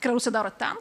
ką rusija daro ten